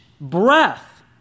breath